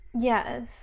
Yes